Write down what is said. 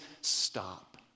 stop